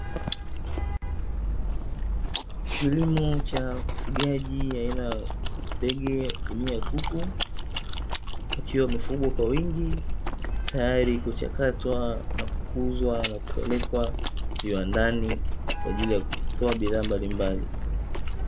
Kilimo cha ufugaji aina ya ndege jamii ya kuku wakiwa wamefugwa kwa wingi tayari kuchakatwa na kuuzwa na kupelekwa viwandani kwa ajili ya kutoa bidhaa mbalimbali.